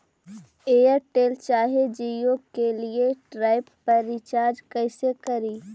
Airtel चाहे जियो के लिए टॉप अप रिचार्ज़ कैसे करी?